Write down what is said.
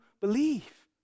believe